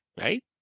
right